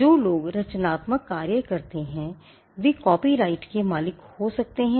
जो लोग रचनात्मक कार्य करते हैं वे कॉपीराइट के मालिक हो सकते हैं